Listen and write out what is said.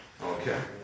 okay